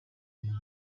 mubiri